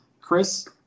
Chris